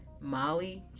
Molly